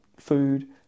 food